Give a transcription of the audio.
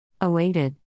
Awaited